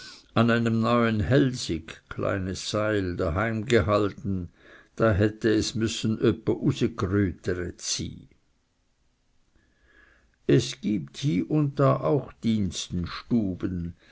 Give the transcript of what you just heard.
an einem neuen hälsig daheimgehalten da hätte es müssen öppe usgrüteret sy es gibt hie und da auch dienstenstuben